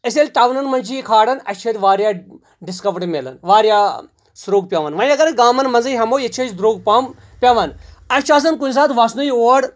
أسۍ ییٚلہِ ٹاونن منٛز چھِ یہِ کھاران اَسہِ چھُ اَتہِ واریاہ ڈسکَوُنٛٹ میٚلان واریاہ سرٛوگ پیٚوان وۄنۍ اَگر أسۍ گامن منٛزٕے ہیٚمو ییٚتہِ چھُ اَسہِ درٛوگ پَہم پیٚوان اَسہِ چھُ آسان کُنہِ ساتہٕ وسنٕے اور